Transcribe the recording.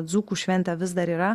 dzūkų šventė vis dar yra